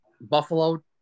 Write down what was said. Buffalo